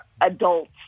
adults